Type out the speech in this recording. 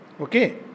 Okay